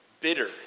bitter